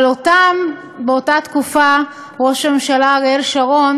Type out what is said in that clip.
אבל אותם, באותה תקופה, ראש הממשלה אריאל שרון